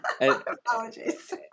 Apologies